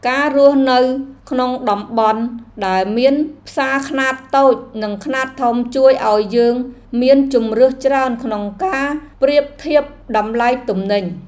ការរស់នៅក្នុងតំបន់ដែលមានផ្សារខ្នាតតូចនិងខ្នាតធំជួយឱ្យយើងមានជម្រើសច្រើនក្នុងការប្រៀបធៀបតម្លៃទំនិញ។